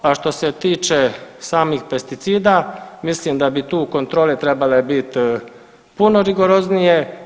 A što se tiče samih pesticida, mislim da bi tu kontrole trebale bit puno rigoroznije.